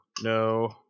no